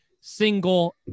single